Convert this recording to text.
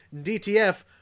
dtf